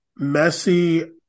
Messi